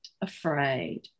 afraid